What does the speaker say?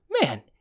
man